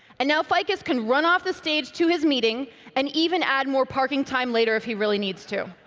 and now ficus can run off the stage to his meeting and even add more parking time later if he really needs to.